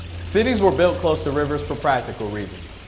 cities were built close to rivers for practical reasons.